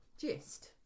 gist